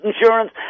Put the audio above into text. insurance